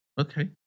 Okay